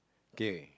K